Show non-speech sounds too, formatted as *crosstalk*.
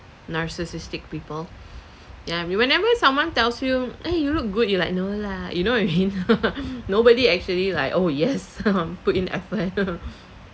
narcissistic people ya we whenever someone tells you eh you look good you like no lah you know what I mean *laughs* nobody actually like oh yes *laughs* put in effort *laughs*